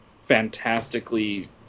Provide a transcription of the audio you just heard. fantastically